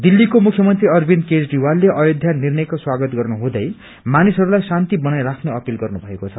दिल्लीको मुख्यमन्त्री अरविन्द केजरीवालले अयोध्या निर्णको स्वागत गर्नुहुँदै मानिसहरूलाई शान्ति बनाइराख्ने अपिल गर्नु भएको छ